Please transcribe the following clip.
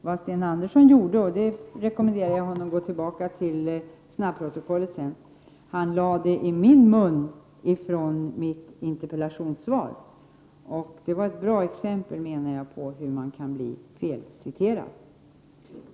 Vad Sten Andersson gjorde — jag rekommenderar Sten Andersson att på den punkten gå tillbaka till snabbprotokollet — var att han lade ordet i min mun med utgångspunkt i interpellationssvaret. Jag menar att det är ett bra exempel på hur man kan bli felciterad.